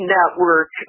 Network